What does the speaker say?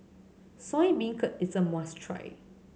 Soya Beancurd is a must try